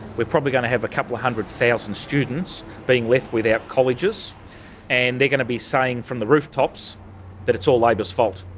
we're probably going to have a couple a hundred thousand students being left without colleges and they're going to be saying from the rooftops that it's all labor's fault.